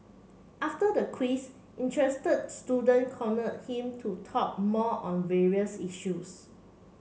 after the quiz interested student cornered him to talk more on various issues